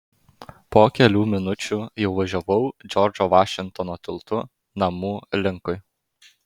po kelių minučių jau važiavau džordžo vašingtono tiltu namų linkui